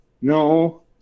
No